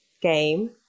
game